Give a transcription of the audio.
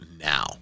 now